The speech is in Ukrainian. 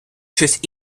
щось